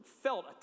felt